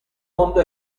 mondo